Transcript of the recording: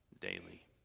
daily